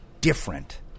different